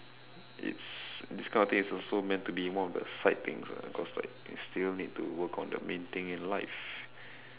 it's this kind of thing is also meant to be one of the side things lah because like you still need to work on the main thing in life